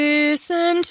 Listen